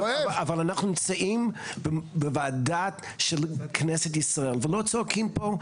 אבל אנחנו נמצאים בוועדה של כנסת ישראל ולא צועקים פה,